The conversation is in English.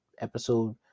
episode